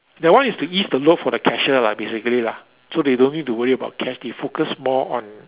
that one is to ease the load for the cashier lah basically lah so they don't need to worry about cash they focus more on